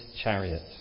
chariot